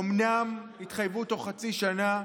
אומנם זו התחייבות בתוך חצי שנה,